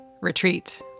Retreat